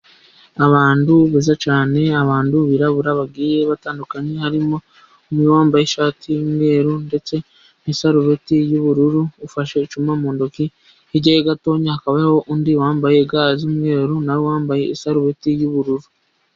Abantu beza cyane. abantu birabura bagiye batandukanye harimo umwe wambaye ishati y'umweru ndetse n'isarubeti y'ubururu ufashe icuma mu ntoki hirya gato hakabaho undi wambaye ga z'umweru nu wambaye isarubeti y'ubururu.